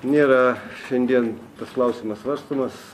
nėra šiandien tas klausimas svarstomas